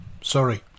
sorry